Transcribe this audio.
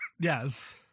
Yes